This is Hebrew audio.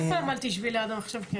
אני